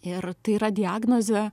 ir tai yra diagnozė